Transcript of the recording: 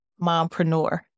mompreneur